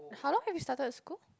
how long have you started school